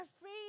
free